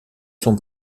sont